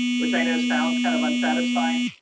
which i know sounds kind of unsatisfying.